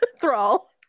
thrall